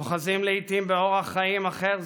אוחזים לעיתים באורח חיים אחר,